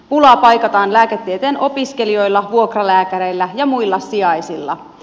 pulaa paikataan lääketieteen opiskelijoilla vuokralääkäreillä ja muilla sijaisilla